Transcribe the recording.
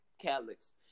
Catholics